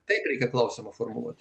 tai reikia klausimą formuluoti